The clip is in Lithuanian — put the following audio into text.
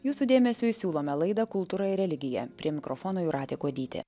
jūsų dėmesiui siūlome laidą kultūra ir religija prie mikrofono jūratė kuodytė